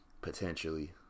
Potentially